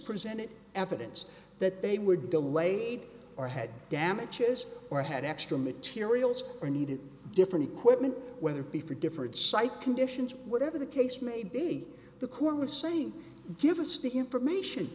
presented evidence that they were delayed or had damages or had extra materials or needed different equipment whether it be for different site conditions whatever the case may be the court was saying give us the information